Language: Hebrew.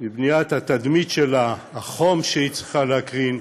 בבניית התדמית שלה, החום שהיא צריכה להקרין,